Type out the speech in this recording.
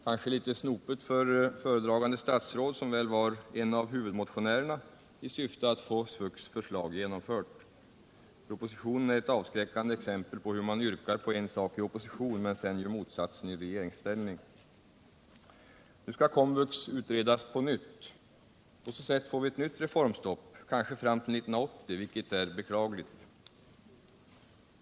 Kanske litet snopet för föredragande statsråd, som väl var en av huvudmotionärerna i syfte att få SVUX förslag genomfört. Propositionen är ett avskräckande exempel på hur man yrkar på en sak i opposition, men sedan gör motsatsen i regeringsställning. Nu skall Komvux utredas på nytt. På så sätt får vi ett nytt reformstopp —- kanske fram till 1980, vilket är beklagligt.